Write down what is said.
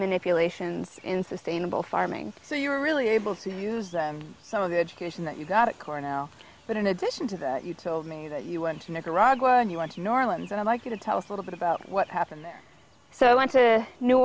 manipulations in sustainable farming so you were really able to use some of the education that you got at cornell but in addition to that you told me that you went to nicaragua and you want your limbs and i'd like you to tell us a little bit about what happened there so i went to new